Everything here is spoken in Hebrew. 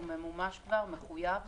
הוא כבר ממומש, מחויב,